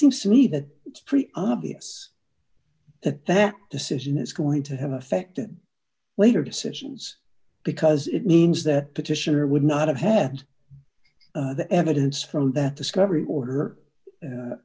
seems to me that it's pretty obvious that that decision is going to have affected later decisions because it means that petitioner would not have had the evidence from that discovery order